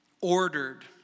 ordered